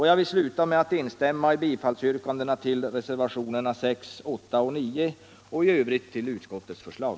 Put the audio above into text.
Jag vill avsluta med att instämma i yrkandena om bifall till reservationerna 6, 8 och 9 och i övrigt till utskottets förslag.